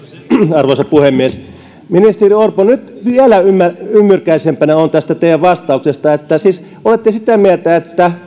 arvoisa puhemies ministeri orpo nyt vielä ymmyrkäisempänä olen tästä teidän vastauksestanne että siis olette sitä mieltä että